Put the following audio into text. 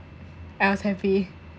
I was happy